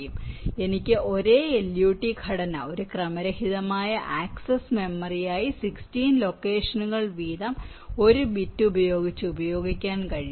അതിനാൽ എനിക്ക് ഒരേ LUT ഘടന ഒരു ക്രമരഹിതമായ ആക്സസ് മെമ്മറിയായി 16 ലൊക്കേഷനുകൾ വീതം ഒരു ബിറ്റ് ഉപയോഗിച്ച് ഉപയോഗിക്കാൻ കഴിയും